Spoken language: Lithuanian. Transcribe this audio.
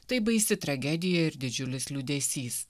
tai baisi tragedija ir didžiulis liūdesys